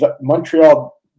Montreal